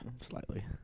slightly